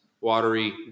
watery